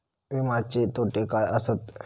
विमाचे तोटे काय आसत?